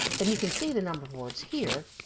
then you can see the number of words here,